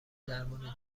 درمان